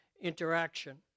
interaction